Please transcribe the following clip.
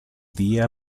día